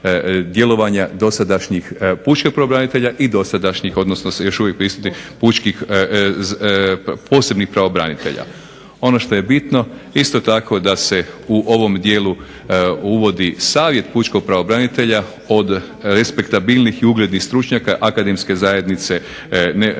djelovanja dosadašnjih pučkih pravobranitelja i dosadašnjih, odnosno još uvijek prisutnih pučkih posebnih pravobranitelja. Ono što je bitno isto tako da se u ovom dijelu uvodi Savjet pučkog pravobranitelja od respektabilnih i uglednih stručnjaka akademske zajednice nevladinoga